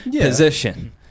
position